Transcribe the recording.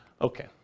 Okay